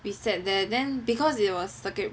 we sat there then because it was circuit